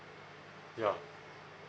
ya